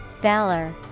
Valor